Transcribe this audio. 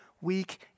weak